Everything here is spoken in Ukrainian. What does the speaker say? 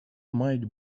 мають